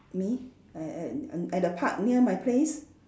me at at at the park near my place